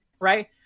right